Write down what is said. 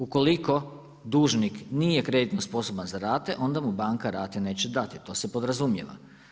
Ukoliko dužnik nije kreditno sposoban za rate, onda mu banka rate neće dati, to se podrazumijeva.